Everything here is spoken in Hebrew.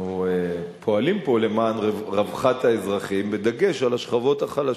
אנחנו פועלים פה למען רווחת האזרחים בדגש על השכבות החלשות,